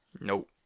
Nope